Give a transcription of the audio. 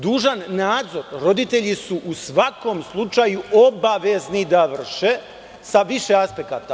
Dužan nadzor roditelji su u svakom slučaju obavezni da vrše sa više aspekata.